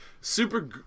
Super